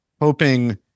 hoping